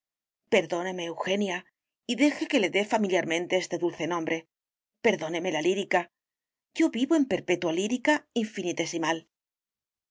perdóneme eugenia y deje que le dé familiarmente este dulce nombre perdóneme la lírica yo vivo en perpetua lírica infinitesimal no